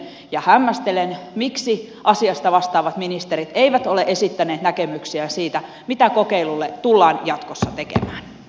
ihmettelen ja hämmästelen miksi asiasta vastaavat ministerit eivät ole esittäneet näkemyksiään siitä mitä kokeilulle tullaan jatkossa tekemään